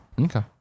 okay